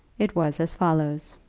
it was as follows